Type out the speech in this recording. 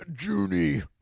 Junie